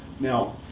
now,